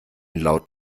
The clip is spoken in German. laut